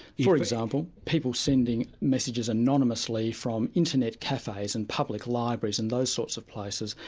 for example, people sending messages anonymously from internet cafes and public libraries and those sorts of places,